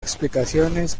explicaciones